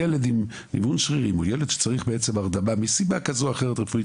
ילד עם ניוון שרירים הוא ילד שצריך הרדמה מסיבה רפואית